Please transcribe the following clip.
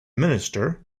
minister